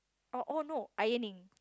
oh no ironing